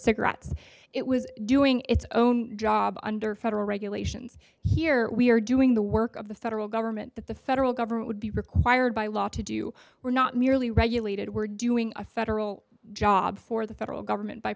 cigarettes it was doing its own job under federal regulations here we are doing the work of the federal government that the federal government would be required by law to do we're not merely regulated we're doing a federal job for the federal government by